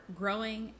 growing